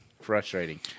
frustrating